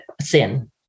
sin